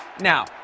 Now